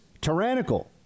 tyrannical